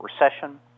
recession